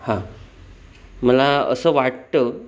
हां मला असं वाटतं